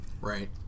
Right